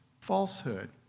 falsehood